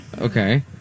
Okay